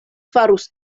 farus